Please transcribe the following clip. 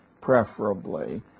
preferably